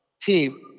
team